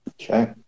Okay